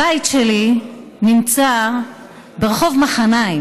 הבית שלי נמצא ברחוב מחניים.